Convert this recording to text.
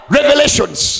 revelations